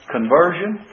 Conversion